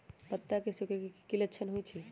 पत्ता के सिकुड़े के की लक्षण होइ छइ?